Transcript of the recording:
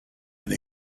been